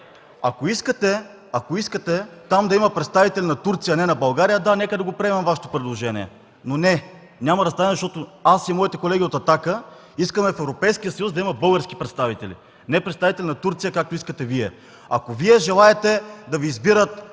Ако искате там да има представител на Турция, а не на България – да, нека да го приемем Вашето предложение. Но не, няма да стане, защото аз и моите колеги от „Атака” искаме в Европейския съюз да има български представител, не представители на Турция, както искате Вие. Ако Вие желаете да Ви избират